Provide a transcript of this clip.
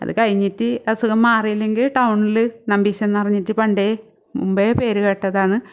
അത് കഴിഞ്ഞിട്ട് അസുഖം മാറീല്ലങ്കിൽ ടൗൺല് നമ്പീശൻന്ന് പറഞ്ഞിട്ട് പണ്ടേ മുൻപെ പേര് കേട്ടതാന്ന്